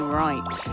right